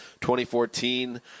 2014